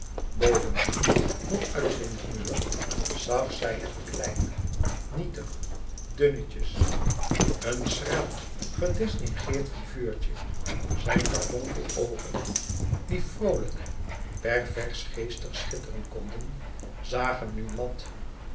bovendien nog uit zijn humeur zag zij hem klein nietig dunnetjes een schraal gedistingeerd viveurtje zijn karbonkeloogen die vroolijk pervers geestig schitteren konden zagen nu mat